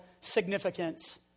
significance